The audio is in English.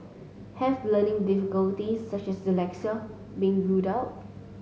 have learning difficulties such as dyslexia been ruled out